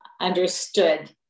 understood